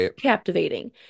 captivating